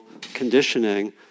conditioning